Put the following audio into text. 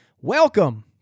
welcome